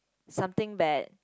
something bad